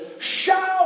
Shout